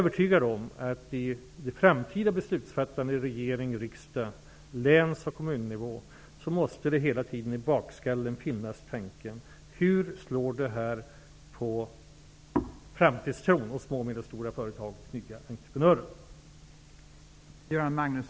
Vid det framtida beslutsfattandet i regering och riksdag och på läns och kommunnivå måste hela tiden frågan om hur detta slår när det gäller framtidstron hos små och medelstora företag och nyttiga entreprenörer finnas i bakhuvudet.